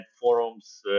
forums